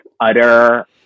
utter